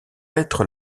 être